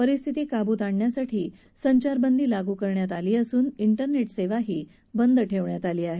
परिस्थिती काबूत आणण्यासाठी संचारबंदी लागू करण्यात आली असून डेरनेट सेवाही बंद ठेवण्यात आली आहे